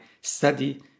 study